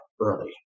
early